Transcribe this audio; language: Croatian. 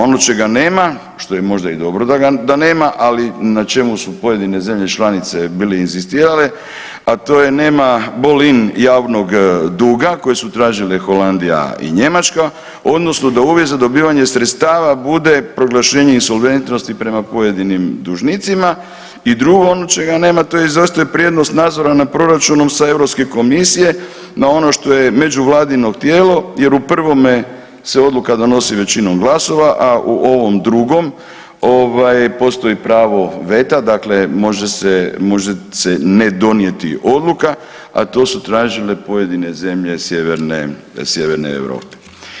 Ono čega nema, što je možda i dobro da nema, ali na čemu su pojedine zemlje članice bile inzistirale, a to je nema ... javnog duga koji su tražile Holandija i Njemačka, odnosno da uvjet za dobivanje sredstava bude proglašenje insolventnosti prema pojedinim dužnicima i drugo ono čega nema, to je zastoj prednost nadzora na proračunu sa EU komisije na ono što je međuvladino tijelo jer u prvome se odluka donosi većinom glasova, a u ovom drugom, ovaj, postoji pravo veta, dakle može se, može se ne donijeti odluka, a to su tražile pojedine zemlje sjeverne Europe.